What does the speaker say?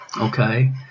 okay